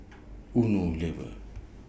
Unilever